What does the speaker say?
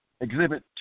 Exhibit